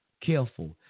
careful